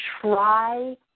try